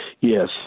Yes